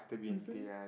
you say